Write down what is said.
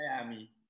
Miami